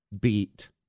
beat